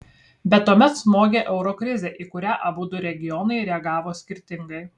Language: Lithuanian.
bet tuomet smogė euro krizė į kurią abudu regionai reagavo skirtingai